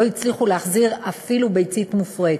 לא הצליחו להחזיר אפילו ביצית מופרית,